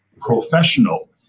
professional